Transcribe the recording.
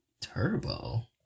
Turbo